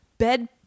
bed